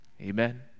Amen